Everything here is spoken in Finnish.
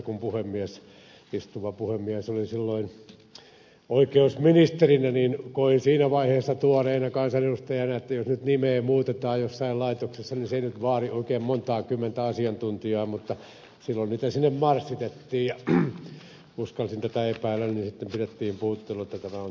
kun puhemies nyt korokkeella istuva puhemies oli silloin oikeusministerinä niin koin siinä vaiheessa tuoreena kansanedustajana että jos nyt nimeä muutetaan jossain laitoksessa niin se ei nyt vaadi oikein montaa kymmentä asiantuntijaa mutta silloin niitä sinne marssitettiin ja kun uskalsin tätä epäillä niin sitten pidettiin puhuttelu että tämä on tärkeä asia